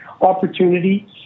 opportunity